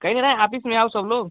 कहेंगे न आफिस में आओ सब लोग